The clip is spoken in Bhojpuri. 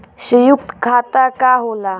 सयुक्त खाता का होला?